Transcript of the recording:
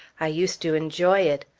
i used to enjoy it.